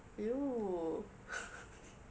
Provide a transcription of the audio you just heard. !eww!